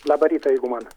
labą rytą jeigu man